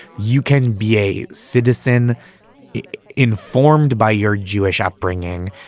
you can be a citizen informed by your jewish upbringing,